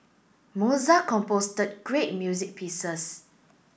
Mozart great music pieces